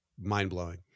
mind-blowing